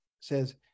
says